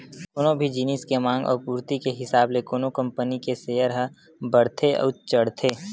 कोनो भी जिनिस के मांग अउ पूरति के हिसाब ले कोनो कंपनी के सेयर ह बड़थे अउ चढ़थे